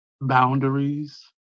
boundaries